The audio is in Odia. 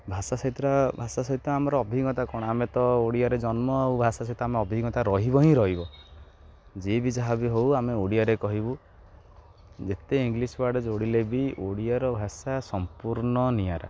ଭାଷା ସହିତ ଭାଷା ସହିତ ଆମର ଅଭିଜ୍ଞତା କ'ଣ ଆମେ ତ ଓଡ଼ିଆରେ ଜନ୍ମ ଆଉ ଭାଷା ସହିତ ଆମେ ଅଭିଜ୍ଞତା ରହିବ ହିଁ ରହିବ ଯିଏ ବି ଯାହା ବିି ହେଉ ଆମେ ଓଡ଼ିଆରେ କହିବୁ ଯେତେ ଇଂଲିଶ୍ ୱାର୍ଡ଼୍ ଯୋଡ଼ିଲେ ବି ଓଡ଼ିଆର ଭାଷା ସମ୍ପୂର୍ଣ୍ଣ ନିଆରା